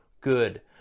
good